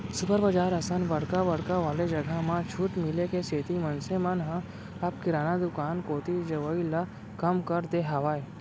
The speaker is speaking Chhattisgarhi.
सुपर बजार असन बड़का बड़का वाले जघा म छूट मिले के सेती मनसे मन ह अब किराना दुकान कोती जवई ल कम कर दे हावय